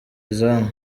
izamu